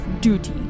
duty